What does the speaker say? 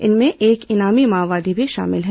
इनमें एक इनामी माओवादी भी शामिल है